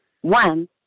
one